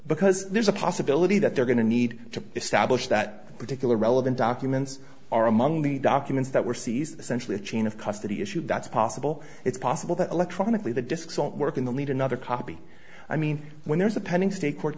because there's a possibility that they're going to need to establish that particular relevant documents are among the documents that were seized essentially a chain of custody issue that's possible it's possible that electronically the disks don't work in the lead another copy i mean when there's a pending state court